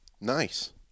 Nice